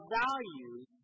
values